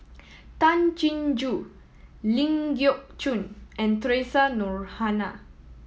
Tay Chin Joo Ling Geok Choon and Theresa Noronha